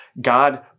God